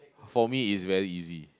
for me is very easy